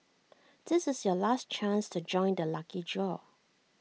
this is your last chance to join the lucky draw